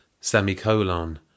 semicolon